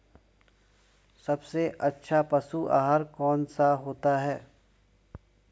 सबसे अच्छा पशु आहार कौन सा होता है?